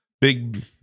big